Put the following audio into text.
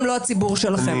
גם לא הציבור שלכם.